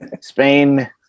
Spain